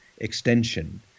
Extension